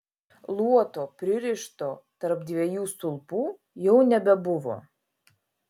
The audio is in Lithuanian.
luoto pririšto tarp dviejų stulpų jau nebebuvo